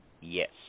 yes